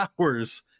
hours